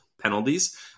penalties